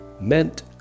meant